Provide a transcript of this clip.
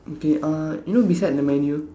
okay uh you know beside the menu